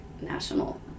national